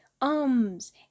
ums